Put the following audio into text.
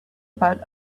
about